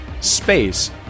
space